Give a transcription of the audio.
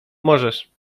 możesz